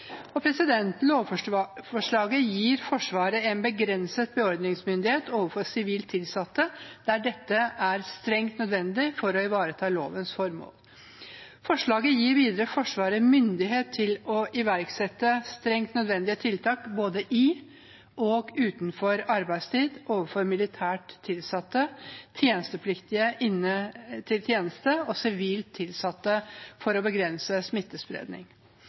gir Forsvaret en begrenset beordringsmyndighet overfor sivilt tilsatte der dette er strengt nødvendig for å ivareta lovens formål. Forslaget gir videre Forsvaret myndighet til å iverksette strengt nødvendige tiltak, både i og utenfor arbeidstid, overfor militært tilsatte, tjenestepliktige inne til tjeneste og sivilt tilsatte for å begrense smittespredning.